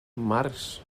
març